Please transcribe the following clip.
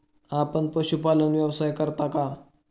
आपण पशुपालन व्यवसाय करता का?